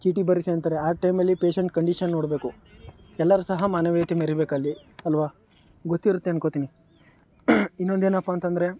ಚೀಟಿ ಬರೆಸಿ ಅಂತಾರೆ ಆ ಟೈಮಲ್ಲಿ ಪೇಶೆಂಟ್ ಕಂಡೀಶನ್ ನೋಡಬೇಕು ಎಲ್ಲರೂ ಸಹ ಮಾನವೀಯತೆ ಮೆರಿಬೇಕಲ್ಲಿ ಅಲ್ವ ಗೊತ್ತಿರುತ್ತೆ ಅಂದ್ಕೊಳ್ತೀನಿ ಇನ್ನೊಂದೇನಪ್ಪ ಅಂತ ಅಂದ್ರೆ